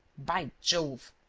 by jove!